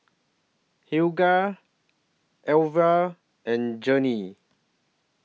Helga Elvie and Journey